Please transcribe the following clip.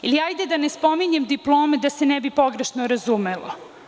Ili, hajde da ne spominjem diplome, da se ne bi pogrešno razumelo.